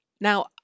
Now